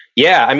yeah.